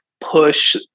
push